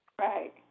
Right